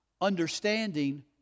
Understanding